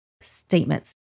statements